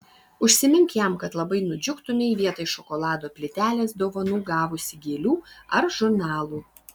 užsimink jam kad labai nudžiugtumei vietoj šokolado plytelės dovanų gavusi gėlių ar žurnalų